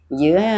Giữa